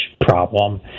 problem